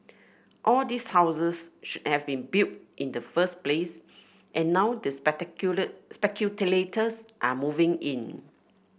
all these houses shouldn have been built in the first place and now the speculators are moving in